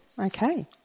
Okay